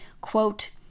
Quote